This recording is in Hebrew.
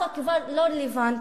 החוק כבר לא רלוונטי.